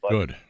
Good